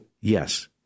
yes